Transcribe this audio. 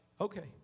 Okay